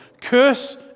Curse